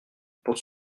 pour